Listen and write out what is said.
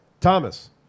Thomas